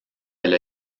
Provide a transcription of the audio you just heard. elle